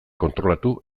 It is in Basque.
kontrolatu